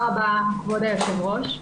כבוד היושב ראש.